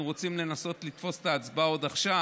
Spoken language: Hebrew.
אנחנו רוצים לנסות לתפוס את ההצבעה עוד עכשיו.